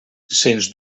sens